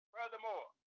Furthermore